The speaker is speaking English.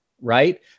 right